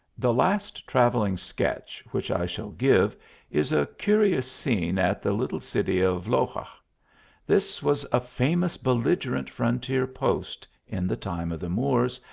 the last travelling sketch which i shall give is a curious scene at the little city of loxa. this was a famous belligerent frontier post, in the time of the moors,